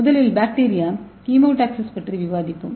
முதலில் bacteria chemotaxis பற்றி விவாதிப்போம்